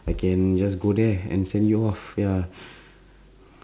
I can just go there and send you off ya